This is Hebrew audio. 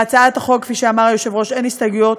להצעת החוק, כפי שאמר היושב-ראש, אין הסתייגויות.